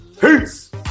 Peace